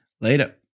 Later